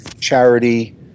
charity